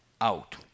out